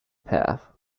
path